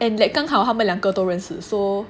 and like 刚好他们两个都认识 so